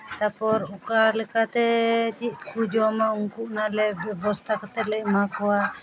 ᱛᱟᱨᱯᱚᱨ ᱚᱠᱟ ᱞᱮᱠᱟᱛᱮ ᱪᱮᱫ ᱠᱚ ᱡᱚᱢᱟ ᱩᱱᱠᱩ ᱚᱱᱟᱞᱮ ᱵᱮᱵᱚᱥᱛᱷᱟ ᱠᱟᱛᱮᱫ ᱞᱮ ᱮᱢᱟ ᱠᱚᱣᱟ